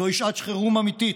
זוהי שעת חירום אמיתית.